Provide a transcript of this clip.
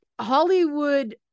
Hollywood